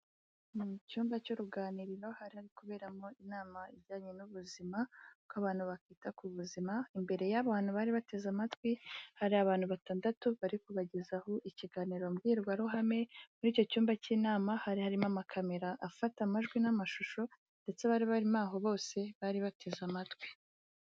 Ni mu cyumba cy'uruganiriro hariri kuberamo inama ijyanye n'ubuzima uku abantu bakita ku buzima, imbere y'abantu bari bateze amatwi hari abantu batandatu bari kubagezaho ikiganiro mbwirwaruhame, muri icyo cyumba cy'inama hari harimo amakamera afata amajwi n'amashusho ndetse abari barimo aho bose bari bateze amatwi.